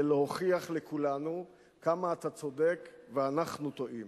להוכיח לכולנו כמה אתה צודק ואנחנו טועים.